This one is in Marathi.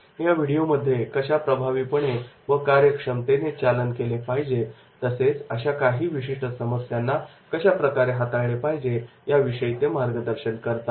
या व्हिडिओमध्ये कशा प्रभावीपणे व कार्यक्षमतेने चालन केले पाहिजे तसेच अशा काही विशिष्ट समस्यांना कशाप्रकारे हाताळले पाहिजे याविषयी ते मार्गदर्शन करतात